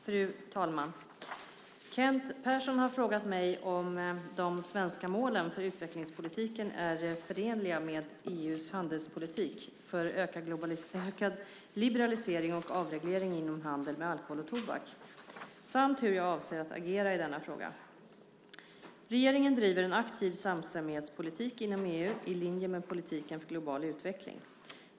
Fru talman! Kent Persson har frågat mig om de svenska målen för utvecklingspolitiken är förenliga med EU:s handelspolitik för ökad liberalisering och avreglering inom handel med alkohol och tobak samt hur jag avser att agera i denna fråga. Regeringen driver en aktiv samstämmighetspolitik inom EU, i linje med politiken för global utveckling.